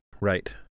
Right